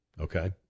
okay